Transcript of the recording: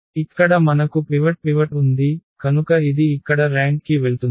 ఇక్కడ మనకు పివట్ ఉంది కనుక ఇది ఇక్కడ ర్యాంక్ కి వెళ్తుంది